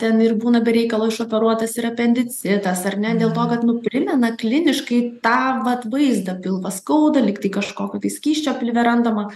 ten ir būna be reikalo išoperuotas ir apendicitas ar ne dėl to kad nu primena kliniškai tą vat vaizdą pilvą skauda lyg tai kažkokio tai skysčio pilve randama